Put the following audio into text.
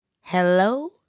Hello